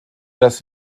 das